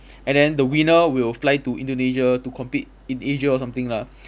and then the winner will fly to indonesia to compete in asia or something lah